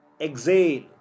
Exhale